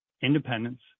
independence